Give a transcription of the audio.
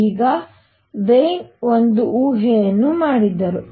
ಈಗ ವೀನ್ ಒಂದು ಊಹೆಯನ್ನು ಮಾಡಿದರು